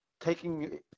taking